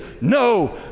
no